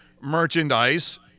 merchandise